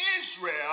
Israel